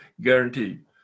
guaranteed